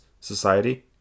society